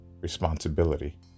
responsibility